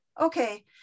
okay